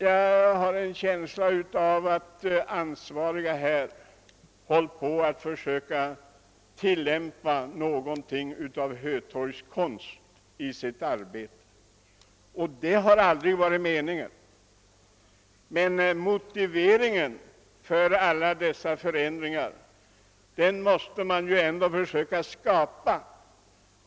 Jag har en känsla av att de ansvariga i fallet Uppsala domkyrka håller på att med sitt arbete skapa något slags hötorgskonst, och det har aldrig varit meningen. Och då måste det givetvis också skapas en motivering för de förändringar som vidtagits.